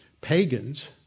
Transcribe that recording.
pagans